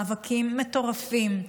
מאבקים מטורפים,